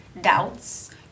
doubts